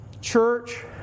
Church